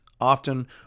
often